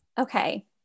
Okay